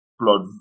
Blood